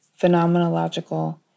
phenomenological